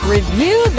Review